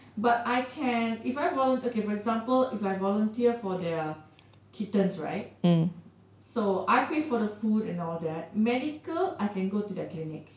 but I can if I volunteer okay for example if I volunteer for the kittens right so I pay for the food and all that medical I can go to their clinic